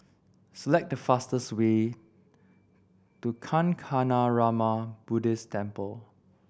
select the fastest way to Kancanarama Buddhist Temple